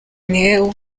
niwe